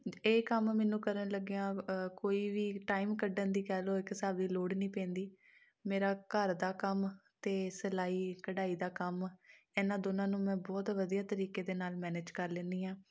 ਇਹ ਕੰਮ ਮੈਨੂੰ ਕਰਨ ਲੱਗਿਆਂ ਕੋਈ ਵੀ ਟਾਈਮ ਕੱਢਣ ਦੀ ਕਹਿ ਲਉ ਇੱਕ ਹਿਸਾਬ ਦੀ ਲੋੜ ਨਹੀਂ ਪੈਂਦੀ ਮੇਰਾ ਘਰ ਦਾ ਕੰਮ ਅਤੇ ਸਿਲਾਈ ਕਢਾਈ ਦਾ ਕੰਮ ਇਹਨਾਂ ਦੋਨਾਂ ਨੂੰ ਮੈਂ ਬਹੁਤ ਵਧੀਆ ਤਰੀਕੇ ਦੇ ਨਾਲ ਮੈਨੇਜ ਕਰ ਲੈਂਦੀ ਹਾਂ